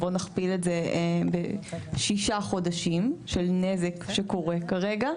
בואו נכפיל את זה בשישה חודשים של נזק שקורה כרגע,